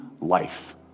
life